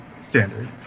Standard